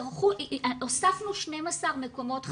הוספנו 12 מקומות חדשים.